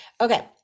Okay